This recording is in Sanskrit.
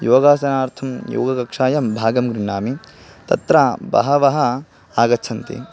योगासनार्थं योगकक्षायां भागं गृह्णामि तत्र बहवः आगच्छन्ति